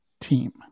team